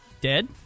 dead